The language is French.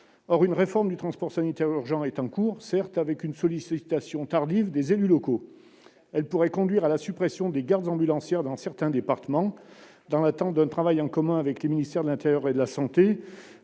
Or une réforme du transport sanitaire urgent est en cours, certes avec une sollicitation tardive des élus locaux. Elle pourrait conduire à la suppression des gardes ambulancières dans certains départements. Dans l'attente d'un travail en commun avec les ministères de l'intérieur et de la santé,